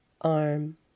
arm